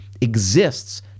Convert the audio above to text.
exists